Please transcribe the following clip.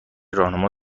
راهنما